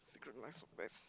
Secret Life of Pets